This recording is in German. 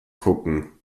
gucken